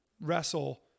wrestle